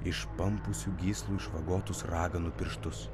išpampusių gyslų išvagotus raganų pirštus